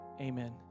amen